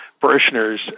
parishioners